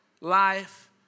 Life